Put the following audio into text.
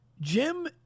Jim